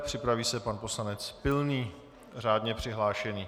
Připraví se pan poslanec Pilný, řádně přihlášený.